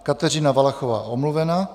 Kateřina Valachová: Omluvena.